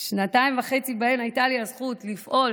שנתיים וחצי שבהן הייתה לי הזכות לפעול